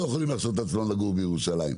לא יכולים להרשות לעצמם לגור בירושלים,